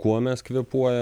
kuo mes kvėpuojam